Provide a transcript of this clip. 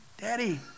Daddy